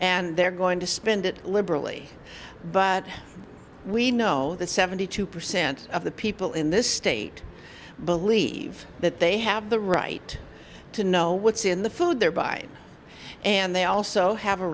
and they're going to spend it liberally but we know that seventy two percent of the people in this state believe that they have the right to know what's in the food they're by and they also have a